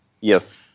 Yes